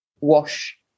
wash